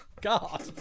God